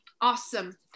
Awesome